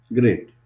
Great